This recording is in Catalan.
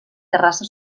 terrassa